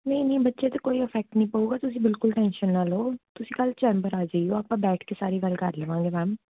ਨਹੀਂ ਨਹੀਂ ਬੱਚੇ 'ਤੇ ਕੋਈ ਈਫੈਕਟ ਨਹੀਂ ਪਊਗਾ ਤੁਸੀਂ ਬਿਲਕੁਲ ਟੈਨਸ਼ਨ ਨਾ ਲਓ ਤੁਸੀਂ ਕੱਲ੍ਹ ਚੈਂਬਰ ਆ ਜਾਇਉ ਆਪਾਂ ਬੈਠ ਕੇ ਸਾਰੀ ਗੱਲ ਕਰ ਲਵਾਂਗੇ ਮੈਮ